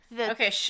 Okay